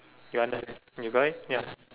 you understand you got it ya